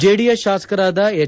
JDS ತಾಸಕರಾದ ಹೆಚ್